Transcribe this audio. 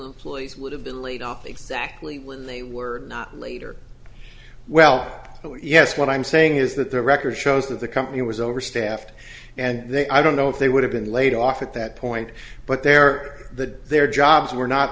employees would have been laid off exactly when they were not later well yes what i'm saying is that the record shows that the company was over staffed and they i don't know if they would have been laid off at that point but their that their jobs were not